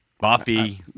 Buffy